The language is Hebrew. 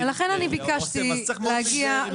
אז צריך להיזהר מאוד.